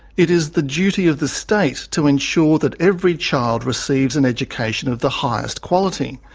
it is the duty of the state to ensure that every child receives an education of the highest quality.